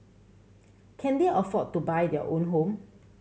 can they afford to buy their own home